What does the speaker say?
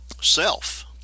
self